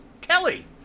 Kelly